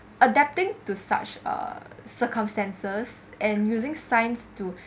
adapting to such uh circumstances and using science to